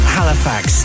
Halifax